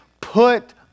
Put